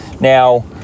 Now